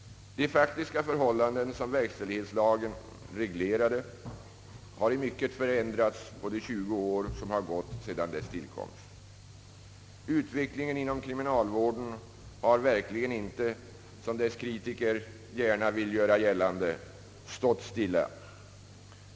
De faktiska förhållanden som verkställighetslagen reglerade har i mycket förändrats på de tjugo år som har gått sedan lagens tillkomst. Utvecklingen inom kriminalvården har verkligen inte — som dess kritiker gärna vill göra gällande — stått stilla.